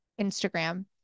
Instagram